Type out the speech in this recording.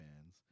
fans